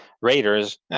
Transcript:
raiders